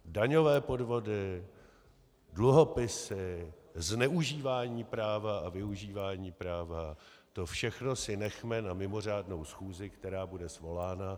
Daňové podvody, dluhopisy, zneužívání práva a využívání práva, to všechno si nechme na mimořádnou schůzi, která bude svolána.